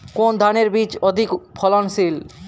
কোন ধানের বীজ অধিক ফলনশীল?